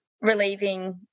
relieving